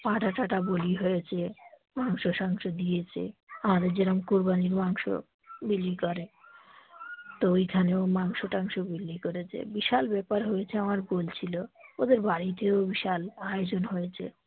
পাঁঠা টাঠা বলি হয়েছেে মাংস টাংস দিয়েছেে আগে যেরম কুরবানির মাংস বিলি করে তো ওইখানেও মাংস টাংস বিলি করেছে বিশাল ব্যাপার হয়েছে আমার বলছিলো ওদের বাড়িতেও বিশাল আয়োজন হয়েছে